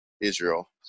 Israel